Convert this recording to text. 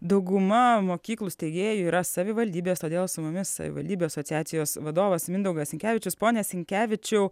dauguma mokyklų steigėjų yra savivaldybės todėl su mumis savivaldybių asociacijos vadovas mindaugas sinkevičius pone sinkevičiau